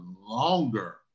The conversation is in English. longer